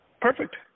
perfect